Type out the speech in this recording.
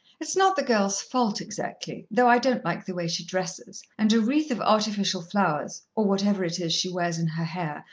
it's not the girl's fault exactly, though i don't like the way she dresses, and a wreath of artificial flowers, or whatever it is she wears in her hair,